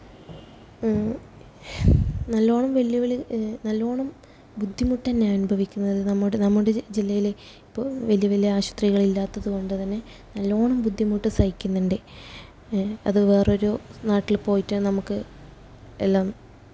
നല്ലവണ്ണം വെല്ലുവിളി നല്ലവണ്ണം ബുദ്ധിമുട്ടു തന്നെയാണ് അനുഭവിക്കുന്നത് നമ്മുടെ നമ്മുടെ ജില്ലയിൽ ഇപ്പോൾ വലിയ വലിയ ആശുപത്രികളില്ലാത്തതു കൊണ്ടു തന്നെ നല്ലവണ്ണം ബുദ്ധിമുട്ട് സഹിക്കുന്നുണ്ട് അത് വേറൊരു നാട്ടില് പോയിട്ട് നമുക്ക് എല്ലാം